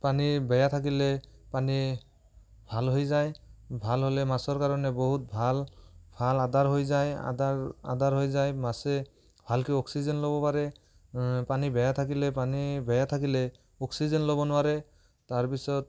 পানী বেয়া থাকিলে পানী ভাল হৈ যায় ভাল হ'লে মাছৰ কাৰণে বহুত ভাল ভাল আধাৰ হৈ যায় আধাৰ আধাৰ হৈ যায় মাছে ভালকে অ'ক্সিজেন ল'ব পাৰে পানী বেয়া থাকিলে পানী বেয়া থাকিলে অ'ক্সিজেন ল'ব নোৱাৰে তাৰপিছত